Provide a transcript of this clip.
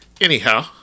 anyhow